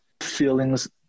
feelings